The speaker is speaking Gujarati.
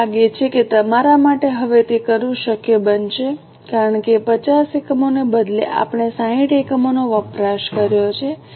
મને લાગે છે કે તમારા માટે હવે તે કરવું શક્ય બનશે કારણ કે 50 એકમોને બદલે આપણે 60 એકમોનો વપરાશ કર્યો છે